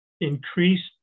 increased